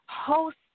host